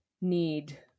need